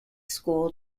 school